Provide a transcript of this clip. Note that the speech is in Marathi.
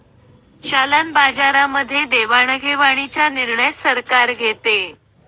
चलन बाजारामध्ये देवाणघेवाणीचा निर्णय सरकार घेते